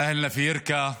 (אומר בערבית:)